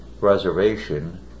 reservation